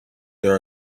there